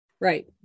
right